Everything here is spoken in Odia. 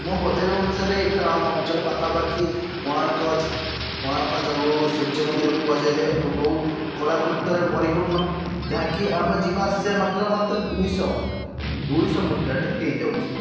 ମୋ ବଜେଟ୍ ଅନୁସାରେ ଏଠାରେ ଆମ ଅଞ୍ଚଳ ପାଖାପାଖି କୋଣାର୍କ ଅଛି କୋଣାର୍କ ଜାଗାକୁ ସୂର୍ଯ୍ୟ ମନ୍ଦିର ବି କୁହାଯାଇଥାଏ ଏବଂ ବହୁତ କଳାକୃତ୍ୟରେ ଭରିପୂର୍ଣ୍ଣ ଯାହାକି ଆମ ଯିବା ଆସିବା ମାତ୍ର ମାତ୍ର ଦୁଇଶ ଦୁଇଶ ମୁଦ୍ରାରେ ହେଇଯାଉଛି